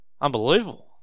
unbelievable